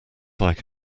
like